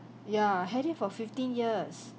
ya I had him for fifteen years